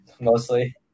mostly